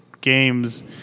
games